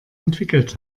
entwickelt